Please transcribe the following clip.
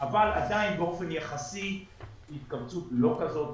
אבל עדיין באופן יחסי התכווצות לא כזאת.